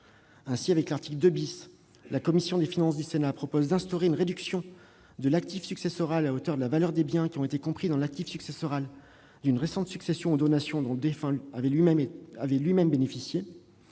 Ainsi, avec l'article 2, la commission des finances du Sénat propose d'instaurer une réduction de l'actif successoral à hauteur de la valeur des biens qui ont été compris dans l'actif successoral d'une récente succession ou donation dont le défunt avait lui-même bénéficié.